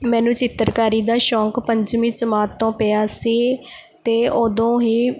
ਮੈਨੂੰ ਚਿੱਤਰਕਾਰੀ ਦਾ ਸ਼ੌਂਕ ਪੰਜਵੀਂ ਜਮਾਤ ਤੋਂ ਪਿਆ ਸੀ ਅਤੇ ਉਦੋਂ ਹੀ